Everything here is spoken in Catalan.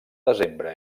desembre